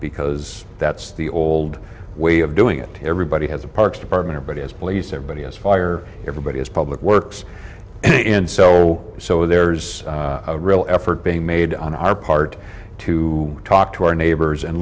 because that's the old way of doing it everybody has a parks department but as police everybody has fire everybody is public works and so so there's a real effort being made on our part to talk to our neighbors and